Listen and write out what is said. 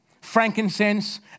frankincense